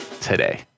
today